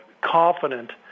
confident